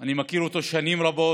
אני מכיר אותו שנים רבות.